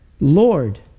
Lord